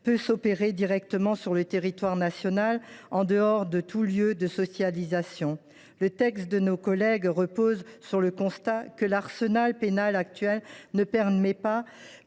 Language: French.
peut s’effectuer directement sur le territoire national, en dehors de tout lieu de socialisation. Le texte de nos collègues repose sur le constat que l’arsenal pénal actuel ne permet pas